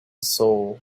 soul